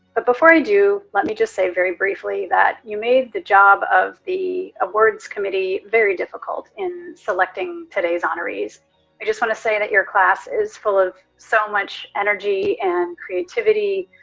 but before i do, let me just say very briefly that you made the job of the awards committee very difficult in selecting today's honorees. i just want to say that your class is full of so much energy, and creativity,